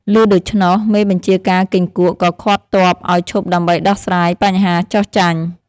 ឮដូច្នោះ មេបញ្ជាការគីង្គក់ក៏ឃាត់ទ័ពឱ្យឈប់ដើម្បីដោះស្រាយបញ្ហាចុះចាញ់។